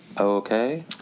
Okay